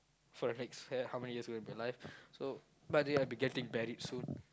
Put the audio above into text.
for the next h~ how many years of your life so I think I'll be getting married soon